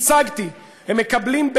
הצגתי: הם מקבלים,